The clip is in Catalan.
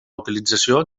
utilització